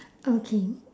okay